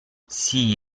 sii